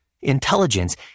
Intelligence